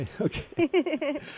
Okay